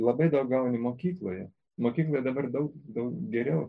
labai daug gauni mokykloje mokykloje dabar daug daug geriau